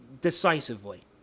decisively